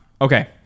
Okay